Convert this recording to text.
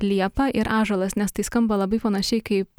liepa ir ąžuolas nes tai skamba labai panašiai kaip